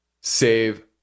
save